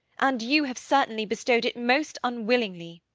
and you have certainly bestowed it most unwillingly.